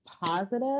positive